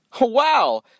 Wow